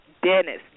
Dennis